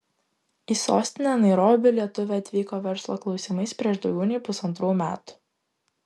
į sostinę nairobį lietuvė atvyko verslo klausimais prieš daugiau nei pusantrų metų